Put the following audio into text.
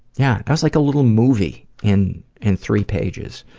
yeah. that's like a little movie, in in three pages.